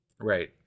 Right